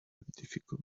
difficult